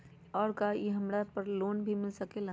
और का इ हमरा लोन पर भी मिल सकेला?